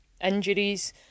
injuries